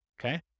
Okay